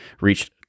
reached